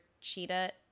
cheetah